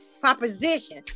proposition